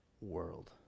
world